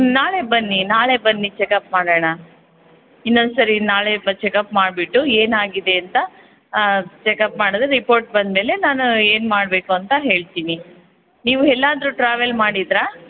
ನಾಳೆ ಬನ್ನಿ ನಾಳೆ ಬನ್ನಿ ಚೆಕಪ್ ಮಾಡೋಣ ಇನ್ನೊಂದು ಸರಿ ನಾಳೆ ಬ ಚೆಕಪ್ ಮಾಡಿಬಿಟ್ಟು ಏನಾಗಿದೆ ಅಂತ ಚೆಕಪ್ ಮಾಡಿದರೆ ರಿಪೋರ್ಟ್ ಬಂದಮೇಲೆ ನಾನು ಏನುಮಾಡ್ಬೇಕು ಅಂತ ಹೇಳ್ತೀನಿ ನೀವು ಎಲ್ಲಾದರೂ ಟ್ರಾವೆಲ್ ಮಾಡಿದ್ರಾ